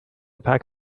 pack